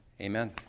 Amen